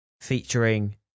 featuring